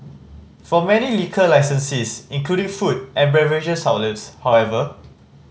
for many liquor licensees including food and beverages outlets however